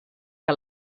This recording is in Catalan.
que